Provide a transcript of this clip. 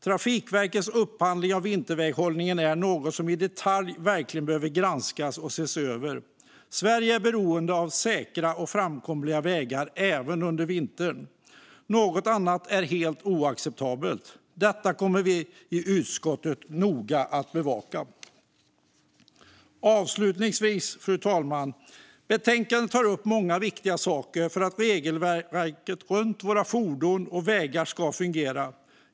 Trafikverkets upphandling av vinterväghållningen är något som verkligen behöver ses över och granskas i detalj. Sverige är beroende av säkra och framkomliga vägar även under vintern. Allt annat är helt oacceptabelt. Detta kommer vi i utskottet att bevaka noga. Avslutningsvis, fru talman: Betänkandet tar upp många viktiga saker för att regelverket runt våra fordon och vägar ska fungera.